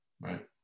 right